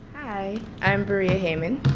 i am bereah hammon,